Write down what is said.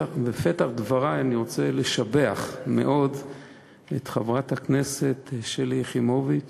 בפתח דברי אני רוצה לשבח מאוד את חברת הכנסת שלי יחימוביץ,